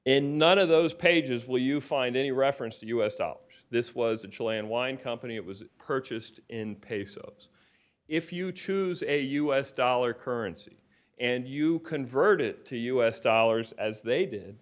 and none of those pages will you find any reference to u s dollars this was a chill and wine company it was purchased in pesos if you choose a u s dollar currency and you convert it to us dollars as they did